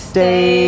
Stay